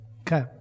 Okay